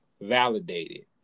validated